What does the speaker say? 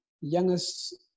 youngest